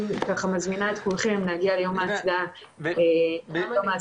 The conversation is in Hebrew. נשיאת הפורום הישראלי לתזונה בת קיימא,